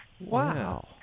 Wow